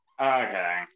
okay